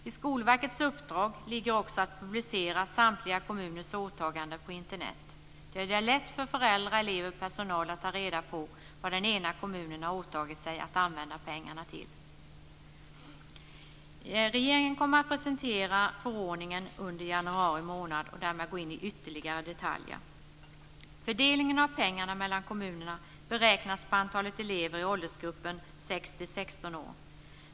I Skolverkets uppdrag ligger också att publicera samtliga kommuners åtaganden på Internet där det är lätt för föräldrar, elever och personal att ta reda på vad den egna kommunen har åtagit sig att använda pengarna till. Regeringen kommer att presentera förordningen under januari månad. Då går vi in med ytterligare detaljer. Fördelningen av pengarna mellan kommunerna beräknas på antalet elever i åldersgruppen 6-16 år.